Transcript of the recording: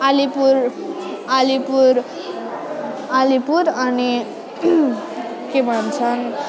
आलिपुर आलिपुर आलिपुर अनि के भन्छन्